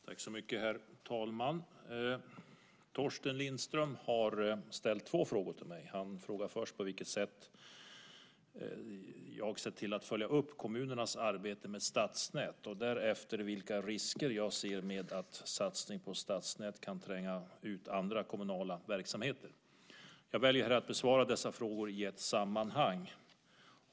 Herr talman! Torsten Lindström har ställt två frågor till mig. Han frågar först på vilket sätt jag har sett till att följa upp kommunernas arbete med stadsnät och därefter vilka risker jag ser med att satsning på stadsnät kan tränga ut andra kommunala verksamheter. Jag väljer här att besvara dessa frågor i ett sammanhang.